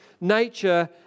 nature